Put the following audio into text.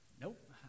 Nope